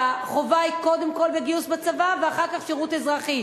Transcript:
כשהחובה היא קודם כול גיוס לצבא ואחר כך שירות אזרחי.